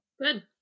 Good